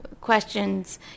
questions